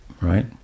Right